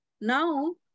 Now